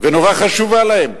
ונורא חשובה להם,